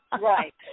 right